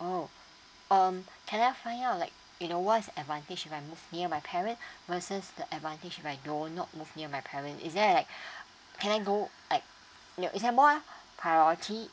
oh um can I find out like you know what's advantage when I move near my parents versus the advantage if I don't not move near my parent is there like can I go like you is that more priority